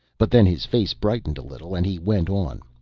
but then his face brightened a little and he went on.